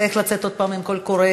איך לצאת עוד פעם עם קול קורא.